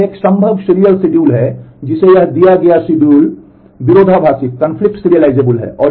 तो यह एक संभव सीरियल शेड्यूल है जिसे यह दिया गया शेड्यूल विरोधाभासी serializable है